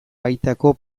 baitako